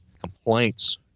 complaints